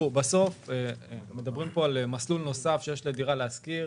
בסוף מדברים כאן על מסלול נוסף שיש לדירה להשכיר,